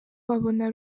babona